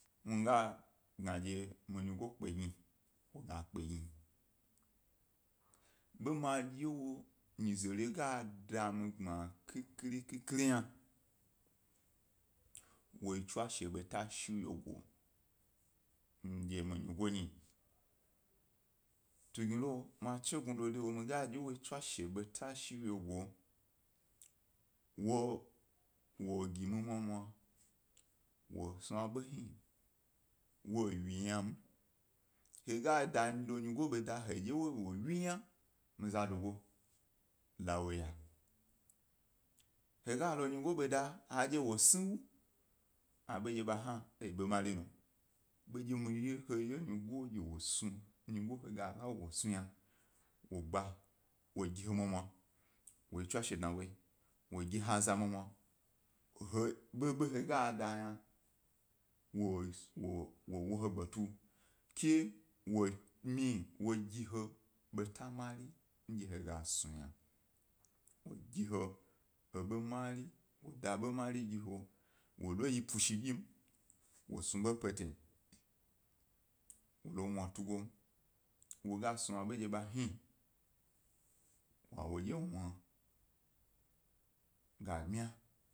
Muhni mi gna dye mi nyigo kpagni wo ga kpagni, bo ma dye wo nyize rib a ga da mi gbma khikhi khikhiri yna wo yi tswashe beta shi wyego ndye mi nyigo nyi, ma she gnado de wo yi mi ga dye, dye wo yi tswashe beta shi wyeyo, wo, wo yi mi mwamwa, wo smi ab’o hni, wo wyi yam, he ga lo nyigo bo da he dye wo wyi yna, mi zadogo la wo ya, he ga lo nyigo ḃa da hedye wo sni ewu, abo ndye ḃa hna ḃa yi eḃo mari num; ḃa ndye he ye nyigo he ga la wo ge wo snu yna, wo gba, wogi ha nwamwa, wo yi tswashe dnawo yi, wo gi ha za mwamwa, he, ḃobo he ga da yna wo, wow o he gbetu ke wo myiwo yi ha beta mari ndye he gas nu yna, wo gi ha eḃa mari, wo da eḃa mari gi he, wo lo yi pnushidyim, wo snub o pete, wo lo mwa tugo ni, wo gas nu a bo dye ḃa hni ga bniya.